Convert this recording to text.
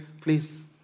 please